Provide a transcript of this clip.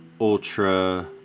ultra